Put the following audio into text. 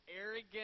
arrogant